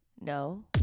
No